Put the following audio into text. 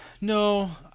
No